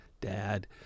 dad